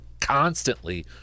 constantly